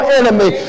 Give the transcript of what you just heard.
enemy